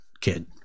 kid